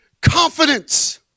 confidence